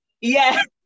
Yes